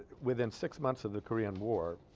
within six months of the korean war